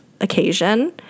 occasion